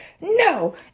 no